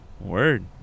word